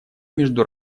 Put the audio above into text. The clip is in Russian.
между